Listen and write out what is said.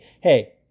Hey